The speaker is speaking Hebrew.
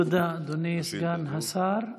תודה רבה, אדוני סגן השר.